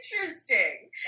Interesting